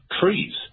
trees